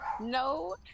No